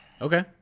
Okay